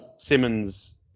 Simmons